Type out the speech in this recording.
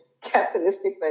capitalistic